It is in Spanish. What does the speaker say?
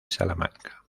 salamanca